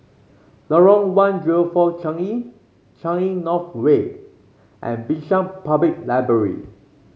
Lorong one zero four Changi Changi North Way and Bishan Public Library